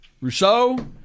Rousseau